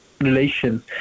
relations